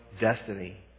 destiny